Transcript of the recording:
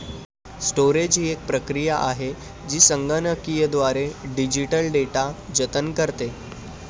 storage ही एक प्रक्रिया आहे जी संगणकीयद्वारे डिजिटल डेटा जतन करते